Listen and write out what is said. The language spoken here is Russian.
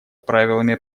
правилами